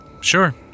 Sure